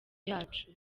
yacu